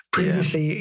Previously